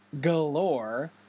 galore